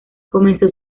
comenzó